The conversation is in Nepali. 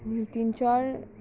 हामी तिन चार